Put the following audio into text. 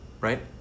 right